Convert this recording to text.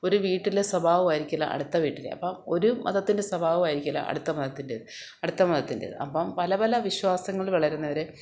ഒരു വീട്ടിലെ സ്വഭാവം ആയിരിക്കില്ല അടുത്ത വീട്ടിലെ അപ്പം ഒരു മതത്തിൻ്റെ സ്വഭാവമായിരിക്കില്ല അടുത്ത മതത്തിൻറ്റേത് അടുത്ത മതത്തിൻറ്റേത് അപ്പം പല പല വിശ്വാസങ്ങളിൽ വളരുന്നവരെ